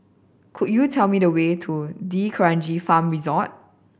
could you tell me the way to D'Kranji Farm Resort